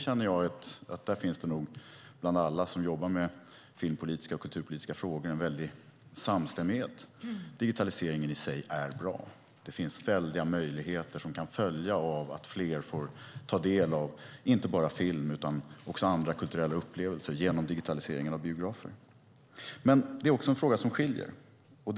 Här finns det nog bland alla som jobbar med filmpolitiska och kulturpolitiska frågor en samstämmighet om att digitaliseringen i sig är bra. Det är stora möjligheter som följer av att fler får ta del av inte bara film utan andra kulturella upplevelser genom digitaliseringen av biografer. Men det är som sagt också en fråga där vi skiljer oss åt.